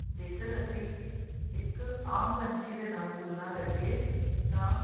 ਜੇਕਰ ਅਸੀਂ ਇੱਕ ਆਮ ਪੰਛੀ ਦੇ ਨਾਲ ਤੁਲਨਾ ਕਰੀਏ ਤਾਂ